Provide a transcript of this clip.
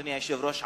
אדוני היושב-ראש,